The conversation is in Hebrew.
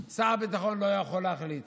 שר הביטחון לא יכול להחליט.